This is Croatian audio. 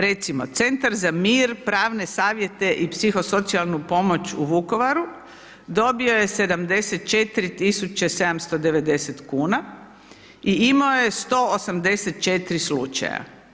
Recimo, centar za mir, pravne savjete i psihosocijalnu pomoć u Vukovar, dobio je 74 tisuće 790 kn i imao je 184 slučaja.